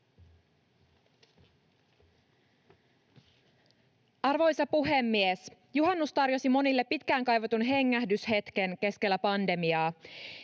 Arvoisa puhemies! Juhannus tarjosi monille pitkään kaivatun hengähdyshetken keskellä pandemiaa.